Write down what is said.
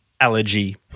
allergy